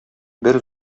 бер